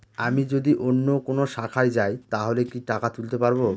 আমি যদি অন্য কোনো শাখায় যাই তাহলে কি টাকা তুলতে পারব?